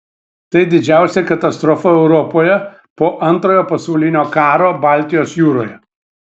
tai didžiausia katastrofa europoje po antrojo pasaulinio karo baltijos jūroje